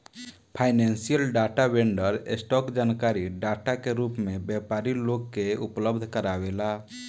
financial data vendor, stock जानकारी data के रूप में व्यापारी लोग के उपलब्ध कारावेला